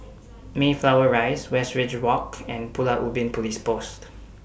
Mayflower Rise Westridge Walk and Pulau Ubin Police Post